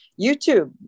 YouTube